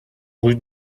rue